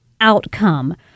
outcome